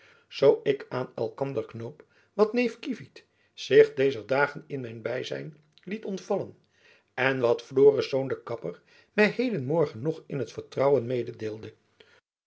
zoo ik aan elkander knoop wat neef kievit zich dezer dagen in mijn byzijn liet ontvallen en wat florisz de kapper my heden morgen nog in t vertrouwen